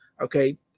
Okay